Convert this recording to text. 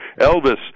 Elvis